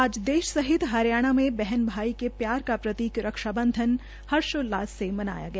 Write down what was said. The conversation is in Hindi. आज देश सहित हरियाणा में बहन भाई के प्रेम का प्रतीक रक्षाबंधन हर्षोल्लास से मनाया गया